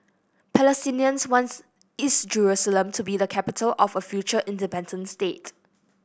Palestinians wants East Jerusalem to be the capital of a future independent state